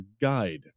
guide